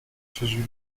چجوری